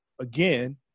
again